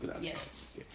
Yes